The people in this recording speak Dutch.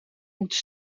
moeten